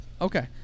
Okay